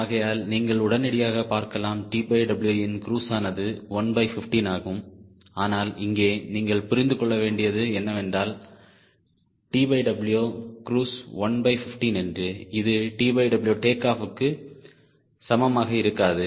ஆகையால் நீங்கள் உடனடியாக பார்க்கலாம் TWன் க்ருஸானது 115ஆகும் ஆனால் இங்கே நீங்கள் புரிந்து கொள்ள வேண்டியது என்னவென்றால் TW க்ருஸ் 115 என்று இது TW டேக் ஆஃப்க்கு சமமாக இருக்காது